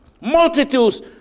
Multitudes